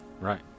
Right